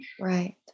Right